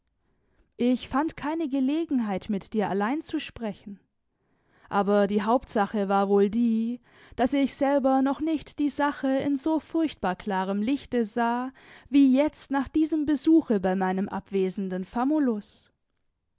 ich fand keine gelegenheit mit dir allein zu sprechen aber die hauptsache war wohl die daß ich selber noch nicht die sache in so furchtbar klarem lichte sah wie jetzt nach diesem besuche bei meinem abwesenden famulus